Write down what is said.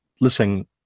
listen